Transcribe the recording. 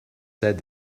said